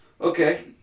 okay